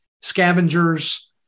scavengers